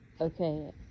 Okay